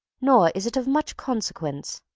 nor is it of much consequence.